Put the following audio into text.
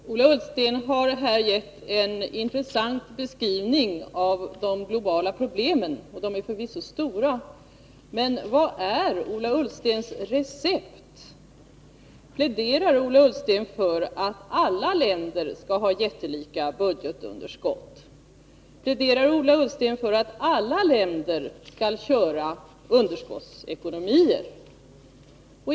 Fru talman! Ola Ullsten har givit en intressant beskrivning av de globala problemen, och de är förvisso stora. Men vad är Ola Ullstens recept? Pläderar Ola Ullsten för att alla länder skall ha jättelika budgetunderskott? Pläderar Ola Ullsten för att alla länder skall köra underskottsekonomier?